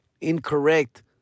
incorrect